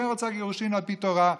כן רוצה גירושים על פי תורה.